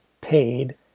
paid